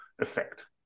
effect